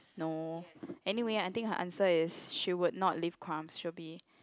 no anyway I think her answer is she would not leave crumbd she'll be